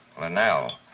Linnell